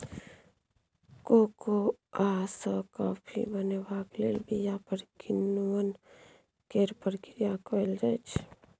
cocoa सँ coffee बनेबाक लेल बीया पर किण्वन केर प्रक्रिया कएल जाइ छै